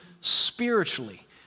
spiritually